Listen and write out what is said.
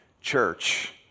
church